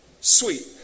sweet